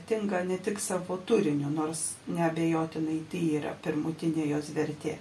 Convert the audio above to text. tinka ne tik savo turiniu nors neabejotinai tai yra pirmutinė jos vertė